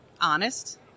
honest